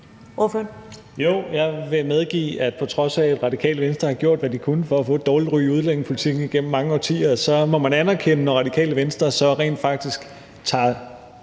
jeg vil medgive, at på trods af at Radikale Venstre har gjort, hvad de kunne, for at få et dårligt ry i udlændingepolitikken igennem mange årtier, må man anerkende, når Radikale Venstre så rent faktisk går